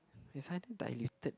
it's either diluted